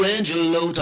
Angelo